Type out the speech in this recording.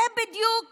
זה בדיוק